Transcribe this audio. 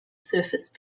surface